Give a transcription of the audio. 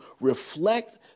reflect